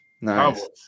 Nice